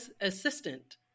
assistant